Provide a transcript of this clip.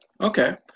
Okay